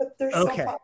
Okay